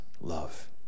love